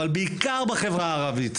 אבל בעיקר בחברה הערבית,